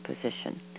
position